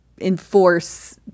enforce